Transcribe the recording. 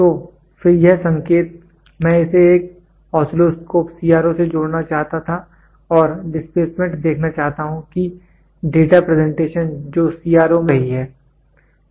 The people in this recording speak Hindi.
तो फिर यह संकेत मैं इसे एक ओस्सिलोस्कोप सीआरओ से जोड़ना चाहता था और डिस्प्लेसमेंट देखना चाहता हूं कि डाटा प्रेजेंटेशन जो सीआरओ में हो रही है